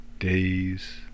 days